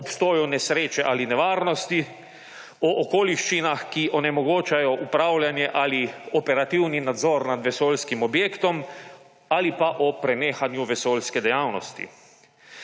o obstoju nesreče ali nevarnosti, o okoliščinah, ki onemogočajo upravljanje ali operativni nadzor na vesoljskim objektom, ali pa o prenehanju vesoljske dejavnosti.